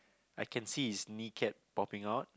I can see his knee cap popping out